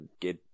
get